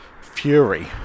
fury